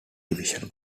division